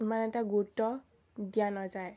ইমান এটা গুৰুত্ব দিয়া নাযায়